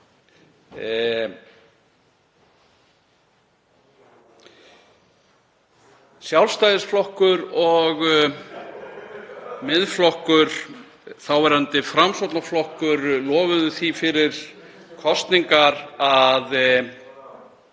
Sjálfstæðisflokkur og Miðflokkur, þáverandi Framsóknarflokkur, lofuðu því fyrir kosningar að